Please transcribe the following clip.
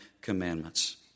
Commandments